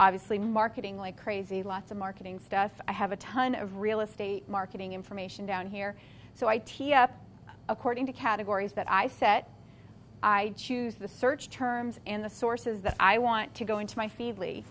obviously marketing like crazy lots of marketing stuff i have a ton of real estate marketing information down here so i teed up according to categories that i set i choose the search terms in the sources that i want to go into my fa